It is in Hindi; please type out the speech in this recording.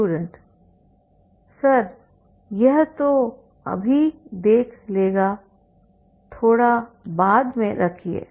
स्टूडेंट सर यह तो अभी देख लेगा थोड़ा बाद में रखिए